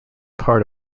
part